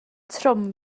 trwm